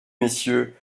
messieurs